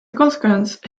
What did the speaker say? consequence